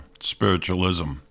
spiritualism